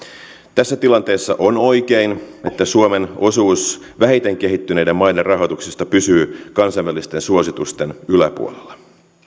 tässä tilanteessa on oikein että suomen osuus vähiten kehittyneiden maiden rahoituksesta pysyy kansainvälisten suositusten yläpuolella